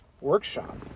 Workshop